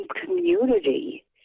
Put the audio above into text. community